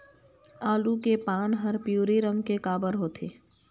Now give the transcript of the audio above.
आलू के पान हर पिवरी रंग के काबर होथे?